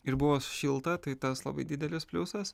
ir buvo šilta tai tas labai didelis pliusas